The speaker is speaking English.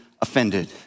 offended